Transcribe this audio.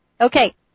Okay